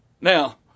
Now